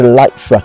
life